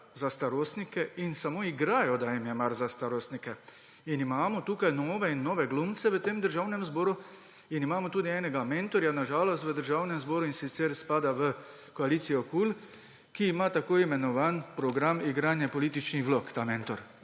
za starostnike in samo igrajo, da jim je mar za starostnike. In imamo tukaj nove in nove glumce v tem Državnem zboru in imamo tudi enega mentorja, na žalost, v Državnem zboru, in sicer spada v koalicijo KUL, ta mentor ima tako imenovani program igranja političnih vlog. In